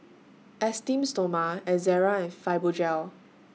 Esteem Stoma Ezerra and Fibogel